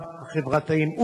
והשירותים החברתיים.